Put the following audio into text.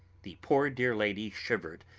the poor, dear lady shivered,